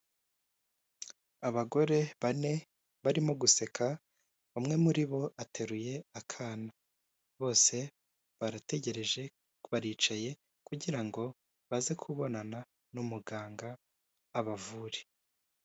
Abagore bane barimo guseka umwe muri bo ateruye akana. Bose barategereje baricaye kugira ngo baze kubonana n'umuganga abavure.